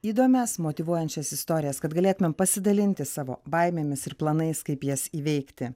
įdomias motyvuojančias istorijas kad galėtumėm pasidalinti savo baimėmis ir planais kaip jas įveikti